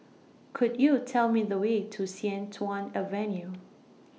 Could YOU Tell Me The Way to Sian Tuan Avenue